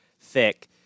thick